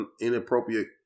inappropriate